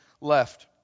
left